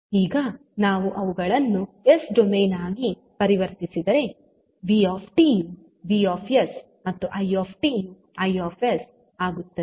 ಈಗ ನಾವು ಅವುಗಳನ್ನು ಎಸ್ ಡೊಮೇನ್ ಆಗಿ ಪರಿವರ್ತಿಸಿದರೆ v ಯು V ಮತ್ತು 𝑖𝑡 ಯು 𝐼𝑠 ಆಗುತ್ತದೆ